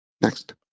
Next